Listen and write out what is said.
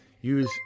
use